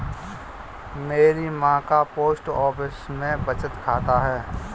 मेरी मां का पोस्ट ऑफिस में बचत खाता है